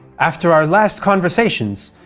after our last conversations,